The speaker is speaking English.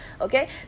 okay